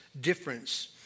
difference